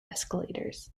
escalators